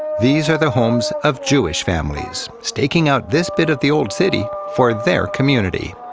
these are the homes of jewish families staking out this bit of the old city for their community.